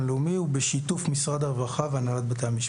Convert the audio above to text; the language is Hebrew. לאומי ובשיתוף משרד הרווחה והנהלת בתי המשפט.